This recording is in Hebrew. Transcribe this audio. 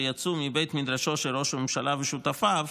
שיצאו מבית מדרשו של ראש הממשלה ושותפיו,